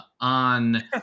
on